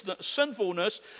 sinfulness